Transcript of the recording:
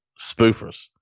spoofers